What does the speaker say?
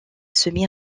semi